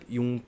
Yung